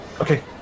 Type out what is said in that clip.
Okay